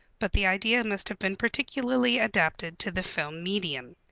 but the idea must have been particularly adapted to the film medium.